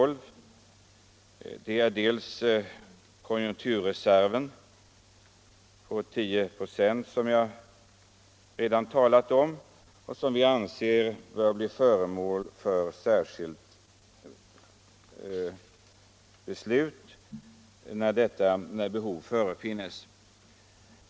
Det gäller bl.a. konjunkturreserven på 10 96 som jag redan tidigare talat om och som vi anser bör bli föremål för särskilt beslut när behov förefinns.